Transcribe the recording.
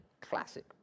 Classic